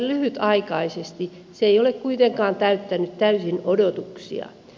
se ei ole kuitenkaan täyttänyt täysin odotuksia